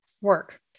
work